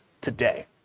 today